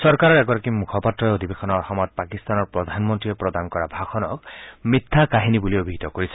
চৰকাৰৰ এগৰাকী মুখপাত্ৰই অধিৱেশনৰ সময়ত পাকিস্তানৰ প্ৰধানমন্ত্ৰীয়ে প্ৰদান কৰা ভাষণক মিথ্যা কাহিনী বুলি অভিহিত কৰিছে